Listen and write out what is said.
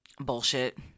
Bullshit